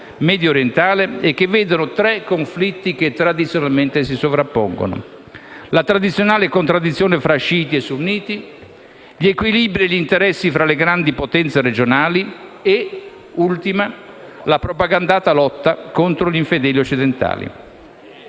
mediorientale, che vedono tre conflitti sovrapporsi: la tradizionale contraddizione fra sciiti e sunniti; gli equilibri e gli interessi fra le grandi potenze regionali; la propagandata lotta contro gli infedeli occidentali.